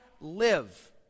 live